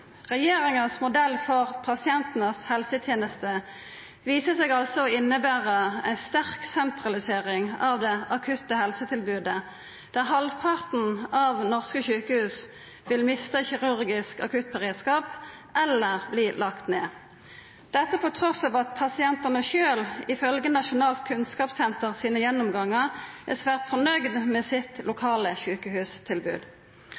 modell for pasientane si helseteneste viser seg altså å innebera ei sterk sentralisering av det akutte helsetilbodet, der halvparten av norske sjukehus vil mista kirurgisk akuttberedskap eller verta lagde ned – trass i at pasientane sjølve, ifølgje Nasjonalt kunnskapssenter sine gjennomgangar, er svært fornøgde med det lokale sjukehustilbodet sitt.